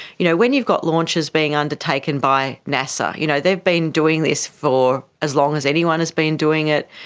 you know, when you've got launches being undertaken by nasa, you know they have been doing this for as long as anyone has been doing it.